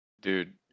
dude